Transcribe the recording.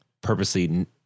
purposely